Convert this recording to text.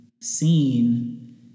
seen